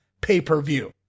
pay-per-view